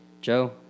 Joe